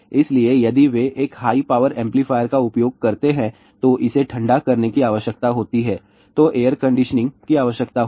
इसलिए यदि वे एक हाई पावर एम्पलीफायर का उपयोग करते हैं तो इसे ठंडा करने की आवश्यकता होती है तो एयर कंडीशनिंग की आवश्यकता होगी